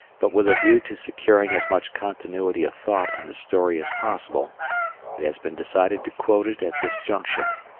but with a view to securing as much continuity of thought in the story as possible it has been decided to quote it at this juncture,